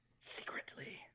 Secretly